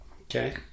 Okay